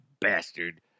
bastard